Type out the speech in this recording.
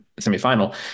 semifinal